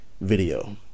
Video